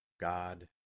God